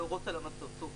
יש להורות על המתתו.